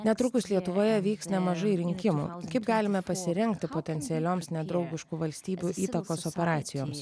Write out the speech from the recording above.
netrukus lietuvoje vyks nemažai rinkimų kaip galime pasirengti potencialioms nedraugiškų valstybių įtakos operacijoms